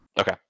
Okay